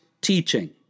teaching